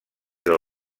del